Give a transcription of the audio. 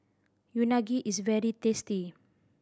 unagi is very tasty